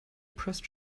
pressed